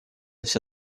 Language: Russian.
все